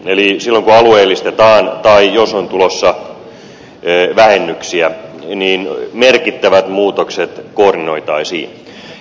silloin kun alueellistetaan tai jos on tulossa vähennyksiä niin merkittävät muutokset koordinoitaisiin